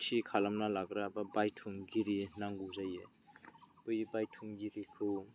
थि खालामना लाग्रा बा बायथुमगिरि नांगौ जायो बै बायथुमगिरिखौ